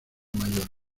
mayor